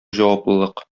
җаваплылык